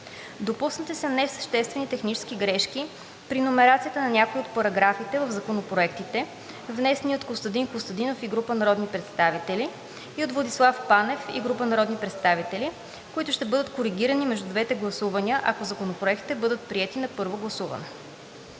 Допуснати са несъществени технически грешки при номерацията на някои от параграфите в законопроектите, внесени от Костадин Костадинов и група народни представители и от Владислав Панев и група народни представители, които ще бъдат коригирани между двете гласувания, ако законопроектите бъдат приети на първо гласуване.